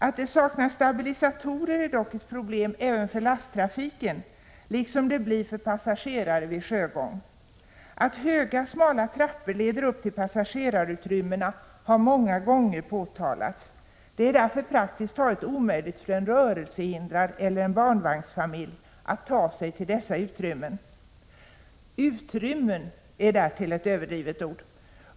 Att det saknar stabilisatorer är dock ett problem även för lasttrafiken, liksom det blir för passagerare vid sjögång. Att höga smala trappor leder upp till passagerarutrymmena har många gånger påtalats. Det är därför praktiskt taget omöjligt för en rörelsehindrad eller en familj med barnvagn att ta sig upp till dessa utrymmen. ”Utrymmen” är därtill ett överdrivet ord.